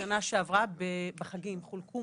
בשנה שעברה, בחגים חולקו